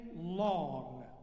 long